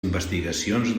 investigacions